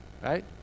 right